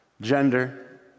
Gender